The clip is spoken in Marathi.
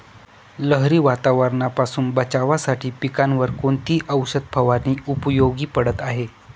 लहरी वातावरणापासून बचावासाठी पिकांवर कोणती औषध फवारणी उपयोगी पडत आहे?